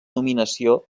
nominació